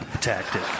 tactic